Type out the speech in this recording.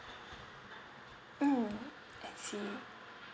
mm I see